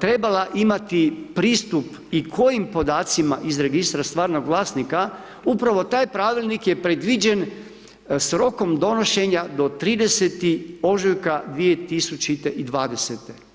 trebala imati pristup i kojim podacima iz registra stvarnog vlasnika, upravo taj pravilnika je predviđen, s rokom donošenja ¸do 30. ožujka 2020.